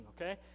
Okay